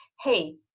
hey